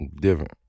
different